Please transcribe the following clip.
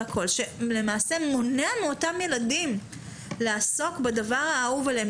שלמעשה מונעת מאותם ילדים לעסוק בדבר האהוב עליהם,